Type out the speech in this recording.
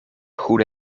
goede